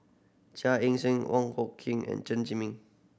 Chia Ann Siang Wong Hung Khim and Chen Zhiming